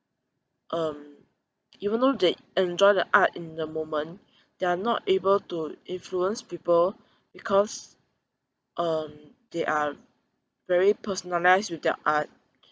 um even though they enjoy the art in the moment they are not able to influence people because um they are very personalised with their art